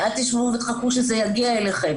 אל תשבו ותחכו שזה יגיע אליכם.